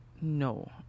no